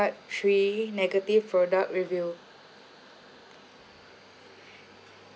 ~art three negative product review